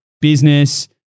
business